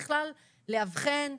לאבחן,